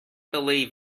believe